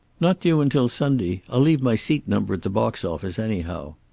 not due until sunday. i'll leave my seat number at the box office, anyhow.